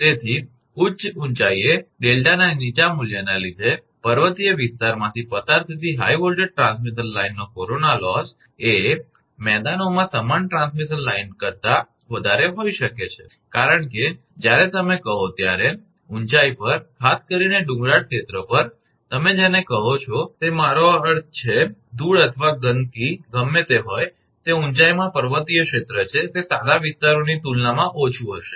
તેથી ઉચ્ચ ઊંચાઇએ ડેલ્ટાના નીચા મૂલ્યને લીધે પર્વતીય વિસ્તારમાંથી પસાર થતી હાઇ વોલ્ટેજ ટ્રાન્સમિશન લાઇનનો કોરોના લોસ એ મેદાનોમાં સમાન ટ્રાન્સમિશન લાઇન કરતા વધારે હોઈ શકે છે કારણ કે જ્યારે તમે કહો ત્યારે ઊંચાઇ પર ખાસ કરીને ડુંગરાળ ક્ષેત્ર પર તમે જેને કહો છો તે મારો અર્થ છે ધૂળ અથવા ગંદકી ગમે તે હોય તે ઊંચાઇમાં પર્વતીય ક્ષેત્ર છે તે સાદા વિસ્તારોની તુલનામાં ઓછું હશે